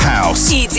House